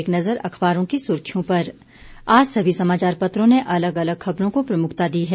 एक नज़र अखबारों की सुर्खियों पर आज सभी समाचार पत्रों ने अलग अलग खबरों को प्रमुखता दी है